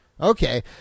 Okay